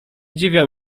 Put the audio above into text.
dziwią